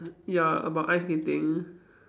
ya about ice skating